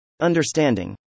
Understanding